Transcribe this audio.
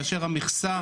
כאשר המכסה